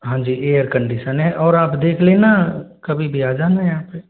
हाँ जी air condition है और आप देख लेना कभी भी आ जाना यहाँ पर